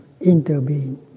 interbeing